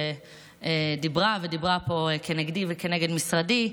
שדיברה ודיברה פה כנגדי וכנגד משרדי,